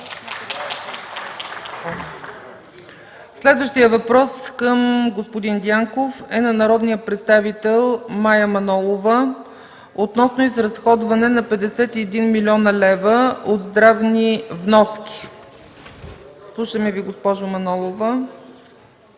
Следващият въпрос към господин Дянков е на народния представител Мая Манолова относно изразходването на 51 млн. лв. от здравни вноски. Слушаме Ви, госпожо Манолова.